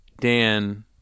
dan